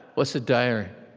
what's a diary?